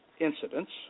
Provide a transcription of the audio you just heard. incidents